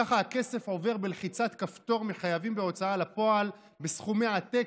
ככה הכסף עובר בלחיצת כפתור מחייבים בהוצאה לפועל בסכומי עתק,